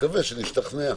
ונקווה שנשתכנע.